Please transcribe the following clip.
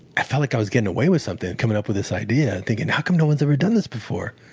i felt like i was getting away with something, coming up with this idea, thinking how come no one's ever done this before?